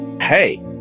Hey